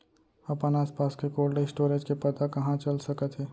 अपन आसपास के कोल्ड स्टोरेज के पता कहाँ चल सकत हे?